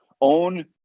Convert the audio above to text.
own